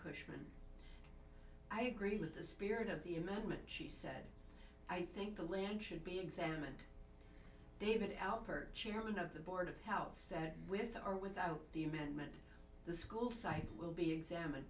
d i agree with the spirit of the amendment she said i think the land should be examined david alpert chairman of the board of health said with or without the amendment the school cycle will be examined